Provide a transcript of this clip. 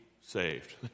saved